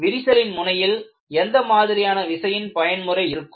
விரிசலின் முனையில் எந்த மாதிரியான விசையின் பயன்முறை இருக்கும்